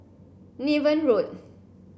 Niven Road